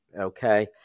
okay